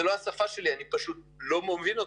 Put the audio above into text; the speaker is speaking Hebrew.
זה לא השפה שלי, אני פשוט לא מוביל אותו.